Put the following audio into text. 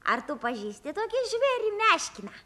ar tu pažįsti tokį žvėrį meškiną